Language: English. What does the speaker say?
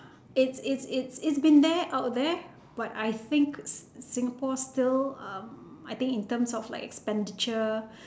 it's it's it's it's been there out there but I think s~ singapore's still um I think in terms of like expenditure